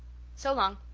so long.